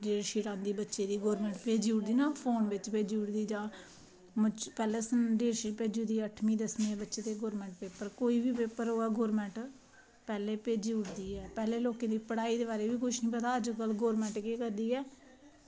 date sheet आंदी बच्चे दी गौरमेंट भेजी ओड़दी ना पैह्लें डेटशीट भेजी ओड़दी अठमीं दसमीं दी गौरमेंट कोई बी पेपर होऐ गौरमेंट पैह्लें भेजी ओड़दी ऐ पैह्लें लोकें गी पढ़ाई दे बारै च बी किश निं पता ते अज्जकल गौरमेंट केह् करदी ऐ